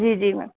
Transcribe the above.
जी जी मैम